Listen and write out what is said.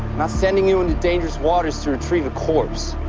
not sending you into dangerous waters to retrieve a corpse.